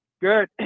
Good